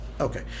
Okay